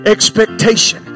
Expectation